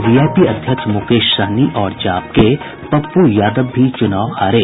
VIP अध्यक्ष मुकेश सहनी और जाप के पप्पू यादव भी चुनाव हारे